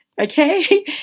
Okay